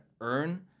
earn